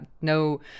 no